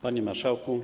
Panie Marszałku!